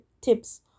tips